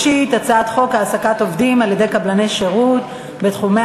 העסקת עובדים על-ידי קבלני שירות בתחומי